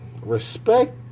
Respect